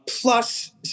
plus